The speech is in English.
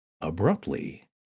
Abruptly